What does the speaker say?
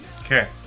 Okay